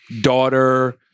daughter-